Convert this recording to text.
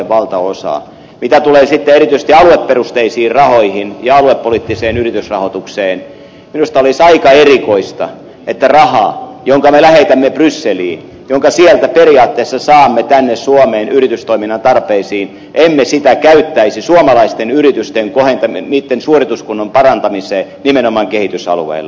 mitä tulee sitten erityisesti alueperusteisiin rahoihin ja aluepoliittiseen yritysrahoitukseen minusta olisi aika erikoista että emme käyttäisi rahaa jonka me lähetämme brysseliin jonka sieltä periaatteessa saamme tänne suomeen yritystoiminnan tarpeisiin suomalaisten yritysten suorituskunnon parantamiseen nimenomaan kehitysalueilla